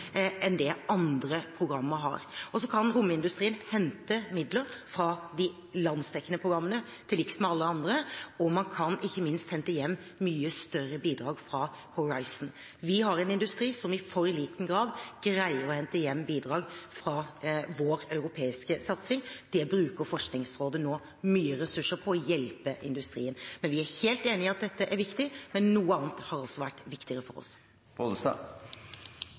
enn det andre programmer har. Og så kan romindustrien hente midler fra de landsdekkende programmene, til liks med alle andre, og man kan – ikke minst – hente hjem mye større bidrag fra Horizon. Vi har en industri som i for liten grad greier å hente hjem bidrag fra vår europeiske satsing. Det bruker Forskningsrådet nå mye ressurser på å hjelpe industrien med. Vi er helt enig i at dette er viktig, men noe annet har altså vært viktigere for oss.